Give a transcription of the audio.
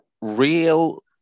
real